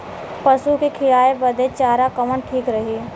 पशु के खिलावे बदे चारा कवन ठीक रही?